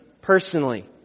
personally